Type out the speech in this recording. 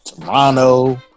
toronto